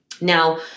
Now